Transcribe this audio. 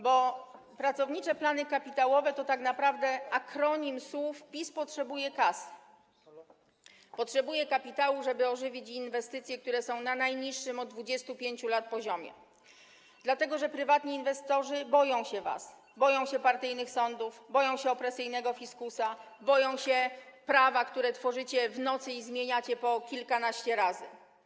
Bo pracownicze Plany Kapitałowe to tak naprawdę akronim słów: PiS potrzebuje kasy, potrzepuje kapitału, żeby ożywić inwestycje, które są na najniższym poziomie od 25 lat, dlatego że prywatni inwestorzy boją się was, boją się partyjnych sądów, boją się opresyjnego fiskusa, boją się prawa, które tworzycie w nocy i zmieniacie po kilkanaście razy.